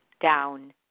down